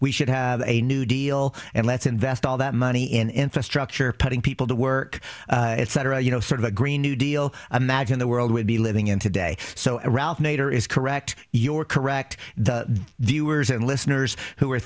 we should have a new deal and let's invest all that money in infrastructure putting people to work etc you know sort of a green new deal imagine the world would be living in today so a ralph nader is correct you are correct the viewers and listeners who are